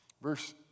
Verse